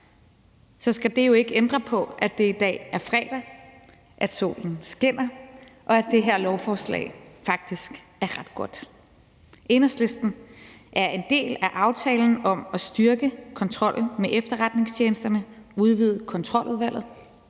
det skal jo ikke ændre på, at det i dag er fredag, at solen skinner, og at det her lovforslag faktisk er ret godt. Enhedslisten er en del af aftalen om at styrke kontrollen med efterretningstjenesterne og udvide Kontroludvalget,